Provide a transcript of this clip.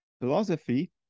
philosophy